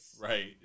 Right